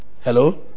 Hello